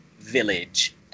village